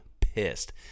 pissed